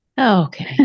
Okay